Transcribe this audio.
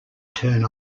turn